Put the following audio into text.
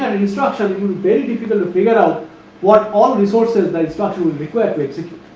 and instruction, it will be very difficult to figure out what all resource is the instruction will require to execute,